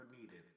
needed